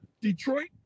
Detroit